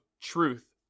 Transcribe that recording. truth